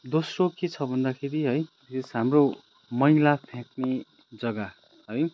दोस्रो के छ भन्दाखेरि है यस हाम्रो मैला फ्याँक्ने जग्गा है